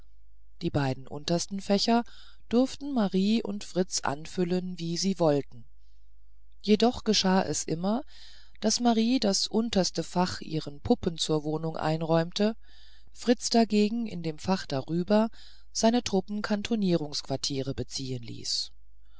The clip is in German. die beiden untersten fächer durften marie und fritz anfüllen wie sie wollten jedoch geschah es immer daß marie das unterste fach ihren puppen zur wohnung einräumte fritz dagegen in dem fache drüber seine truppen kantonierungsquartiere beziehen ließ